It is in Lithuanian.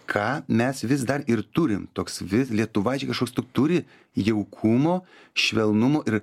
ką mes vis dar ir turim toks vi lietuvaičiai kažkoks tu turi jaukumo švelnumo ir